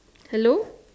hello